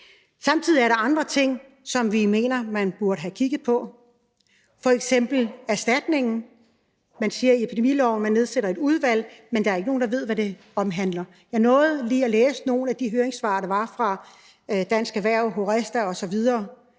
Samtidig er der andre ting, som vi mener man burde have kigget på, f.eks. erstatningen. Man siger i forslaget til epidemiloven, at man nedsætter et udvalg, men der er ikke nogen, der ved, hvad det omhandler. Jeg nåede lige at læse nogle af de høringssvar, der var fra Dansk Erhverv, HORESTA osv.,